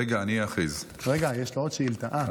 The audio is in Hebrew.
רגע, יש לו עוד שאילתה.